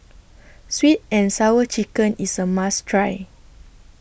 Sweet and Sour Chicken IS A must Try